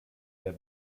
der